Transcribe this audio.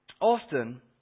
often